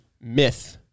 myth